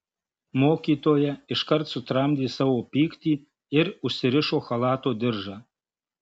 mokytoja iškart sutramdė savo pyktį ir užsirišo chalato diržą